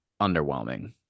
underwhelming